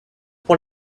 pour